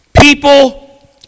People